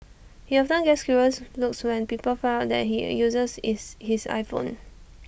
he often gets curious looks when people find out that all he uses is his iPhone